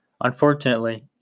Unfortunately